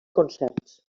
concerts